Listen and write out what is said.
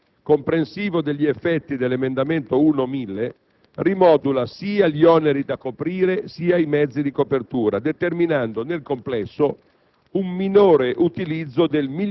Il prospetto di copertura, comprensivo degli effetti dell'emendamento 1.1000, rimodula sia gli oneri da coprire, sia i mezzi di copertura, determinando nel complesso